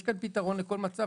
יש כאן פתרון לכל מצב.